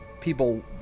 people